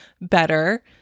better